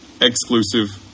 exclusive